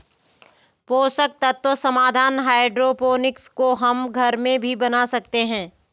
पोषक तत्व समाधान हाइड्रोपोनिक्स को हम घर में भी बना सकते हैं